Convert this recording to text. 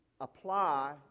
apply